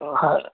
हा